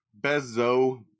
Bezo